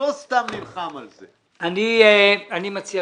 אני מציע